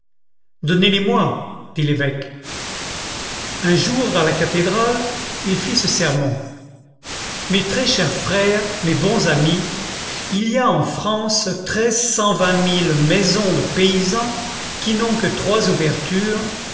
dit l'évêque un jour dans la cathédrale il fit ce sermon mes très chers frères mes bons amis il y a en france treize cent vingt mille maisons de paysans qui n'ont que trois ouvertures